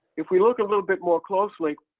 if we look a little bit more closely,